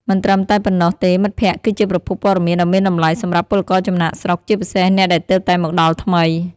មិនត្រឹមតែប៉ុណ្ណោះទេមិត្តភក្តិគឺជាប្រភពព័ត៌មានដ៏មានតម្លៃសម្រាប់ពលករចំណាកស្រុក ជាពិសេសអ្នកដែលទើបតែមកដល់ថ្មី ។